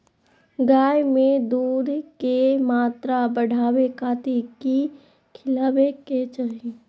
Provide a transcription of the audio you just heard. गाय में दूध के मात्रा बढ़ावे खातिर कि खिलावे के चाही?